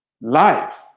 Life